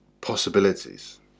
possibilities